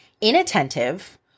inattentive